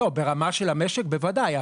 לא, ברמה של המשק בוודאי.